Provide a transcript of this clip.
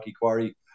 Quarry